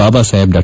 ಬಾಬಾ ಸಾಹೇಬ್ ಡಾ